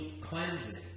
cleansing